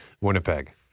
Winnipeg